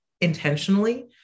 intentionally